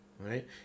Right